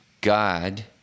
God